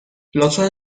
لطفا